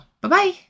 Bye-bye